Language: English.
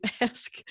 ask